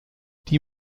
die